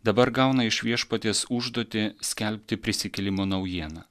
dabar gauna iš viešpaties užduotį skelbti prisikėlimo naujieną